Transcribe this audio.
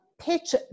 pitch